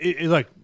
look